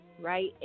Right